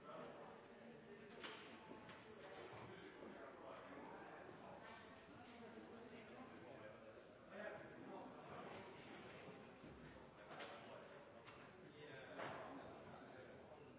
et svar til